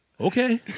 Okay